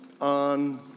on